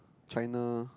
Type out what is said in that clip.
China